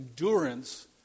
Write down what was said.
endurance